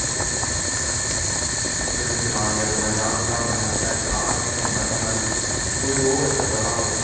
कुसै बी ग्रांऽ अगर बी जाना चाहं ते में अपने ग्रां च घुम्मना चाहना ऐ कोई होर ऐसा ग्रांऽ होऐ